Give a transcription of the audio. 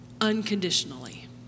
unconditionally